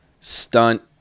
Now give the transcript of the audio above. stunt